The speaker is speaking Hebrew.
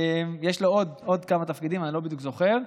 יש לו עוד כמה תפקידים, אני לא בדיוק זוכר.